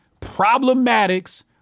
problematics